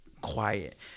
quiet